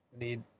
need